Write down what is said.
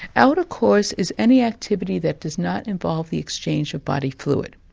outercourse is any activity that does not involve the exchange of body fluid.